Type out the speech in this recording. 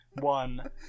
One